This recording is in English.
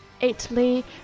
Italy